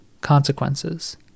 consequences